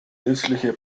nützliche